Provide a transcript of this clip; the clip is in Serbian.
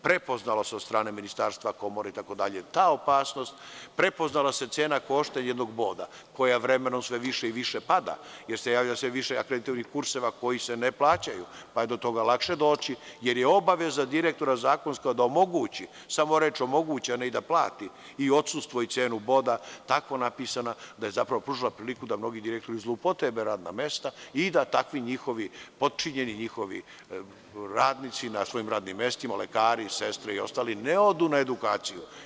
Prepoznala se od strane Ministarstva, Komore itd. ta opasnost, prepoznala se cena koštanja jednog boda, koja vremenom sve više i više pada, jer se javlja sve više akreditovanih kurseva koji se ne plaćaju, pa je do toga lakše doći, jer je obaveza direktora zakonska da omogući, samo reč – omogući, a ne i da plati i odsustvo i cenu boda, tako napisana da je zapravo pružila priliku da mnogi direktori zloupotrebe radna mesta i da takvi njihovi potčinjeni, njihovi radnici na svojim radnim mestima lekari, sestre i ostali ne odu na edukaciju.